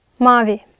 Mavi